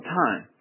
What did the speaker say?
time